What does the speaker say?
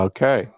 Okay